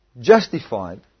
justified